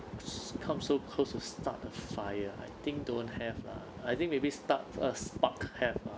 s~ come so close to start a fire I think don't have lah I think maybe start a spark have ah